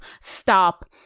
stop